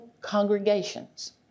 congregations